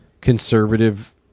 conservative